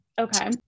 Okay